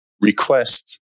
requests